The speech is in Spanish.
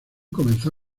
comenzó